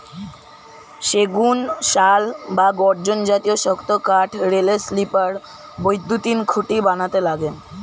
সেগুন, শাল বা গর্জন জাতীয় শক্ত কাঠ রেলের স্লিপার, বৈদ্যুতিন খুঁটি বানাতে লাগে